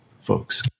folks